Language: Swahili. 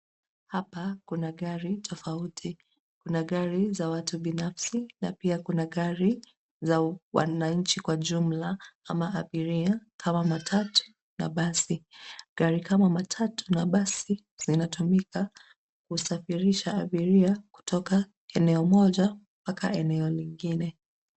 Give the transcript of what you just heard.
Hapa kuna gari tofauti. Kuna gari za watu binafsi na pia kuna gari za wananchi kwa jumla ama abiria kama matatu na basi. Gari kama matatu na basi zinatumika kusafirisha abiria kutoka eneo moja mpaka eneo lingine.